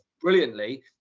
brilliantly